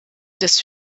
des